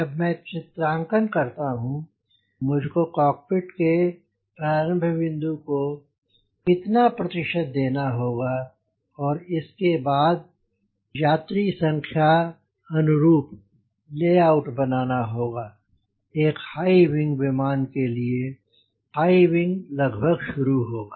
जब मैं चित्रांकन करता हूँ मुझ को कॉकपिट के प्रारम्भ विन्दु को इतना प्रतिशत देना होगा और उसके बाद यात्री संख्या अनुरूप ले आउट बनाना होगा एक हाई विंग विमान लिए हाई विंग लगभग शुरू होगा